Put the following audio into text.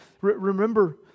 remember